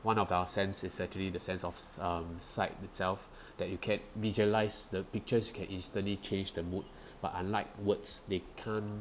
one of the sense is actually the sense of um sight itself that you can visualize the pictures you can instantly change the mood but unlike words they can't